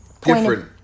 Different